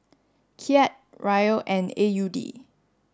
Kyat Riel and A U D